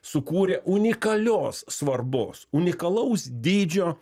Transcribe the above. sukūrė unikalios svarbos unikalaus dydžio